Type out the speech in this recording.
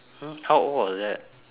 !huh! how old was that